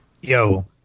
yo